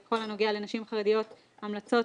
אני רוצה להגיד שיש לנו קו ייעודי לנשים חרדיות בשוק התעסוקה,